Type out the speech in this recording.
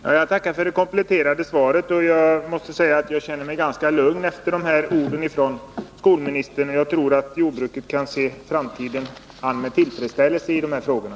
Herr talman! Jag tackar för det kompletterande svaret. Jag känner mig ganska lugn efter de här orden från skolministern, och jag tror att jordbruket kan se framtiden an med tillförsikt i de här frågorna.